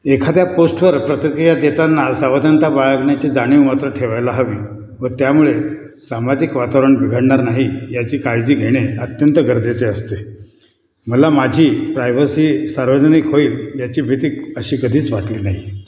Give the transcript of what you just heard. एखाद्या पोस्टवर प्रतिक्रिया देताना सावधानता बाळगण्याची जाणीव मात्र ठेवायला हवी व त्यामुळे सामाजिक वातावरण बिघडणार नाही याची काळजी घेणे अत्यंत गरजेचे असते मला माझी प्रायव्हसी सार्वजनिक होईल याची भीती अशी कधीच वाटली नाही